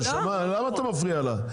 למה אתה מפריע לה?